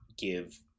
give